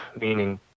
meaning